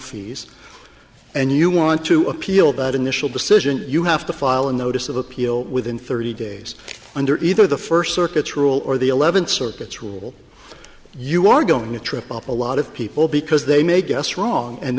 fees and you want to appeal that initial decision you have to file a notice of appeal within thirty days under either the first circuits rule or the eleventh circuit rule you are going to trip up a lot of people because they may guess wrong and